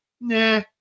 nah